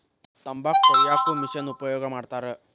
ತಂಬಾಕ ಕೊಯ್ಯಾಕು ಮಿಶೆನ್ ಉಪಯೋಗ ಮಾಡತಾರ